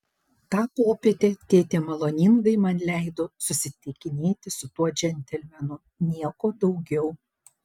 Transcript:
tą popietę tėtė maloningai man leido susitikinėti su tuo džentelmenu nieko daugiau